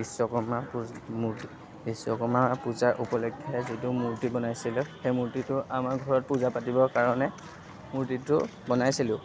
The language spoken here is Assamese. বিশ্বকৰ্মা পূজ মূৰ্তি বিশ্বকৰ্মাৰ পূজাৰ উপলক্ষে যিটো মূৰ্তি বনাইছিলো সেই মূৰ্তিটো আমাৰ ঘৰত পূজা পাতিবৰ কাৰণে মূৰ্তিটো বনাইছিলোঁ